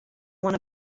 one